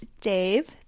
Dave